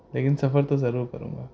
لیکن سفر تو ضرور کروں گا